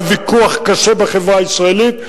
היה ויכוח קשה בחברה הישראלית,